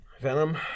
Venom